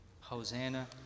Hosanna